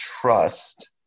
trust